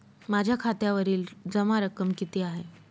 माझ्या खात्यावरील जमा रक्कम किती आहे?